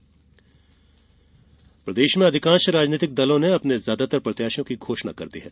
चुनाव प्रचार प्रदेश में अधिकांश राजनैतिक दलों ने अपने ज्यादातर प्रत्याशियों की घोषणा कर दी है